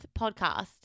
podcast